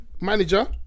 manager